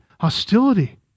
hostility